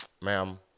ma'am